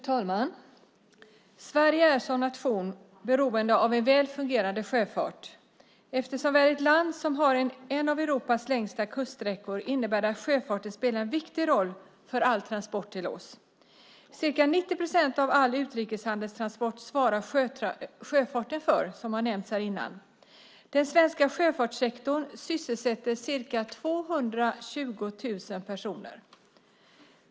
Fru talman! Sverige är som nation beroende av en väl fungerande sjöfart. Eftersom vi är ett land som har en av Europas längsta kuststräckor innebär det att sjöfarten spelar en viktig roll för all transport till oss. Sjöfarten svarar för ca 90 procent av all utrikeshandelstransport. Den svenska sjöfartssektorn sysselsätter ca 220 000 personer.